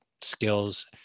skills